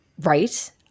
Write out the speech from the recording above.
Right